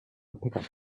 pickup